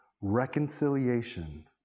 Reconciliation